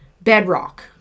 bedrock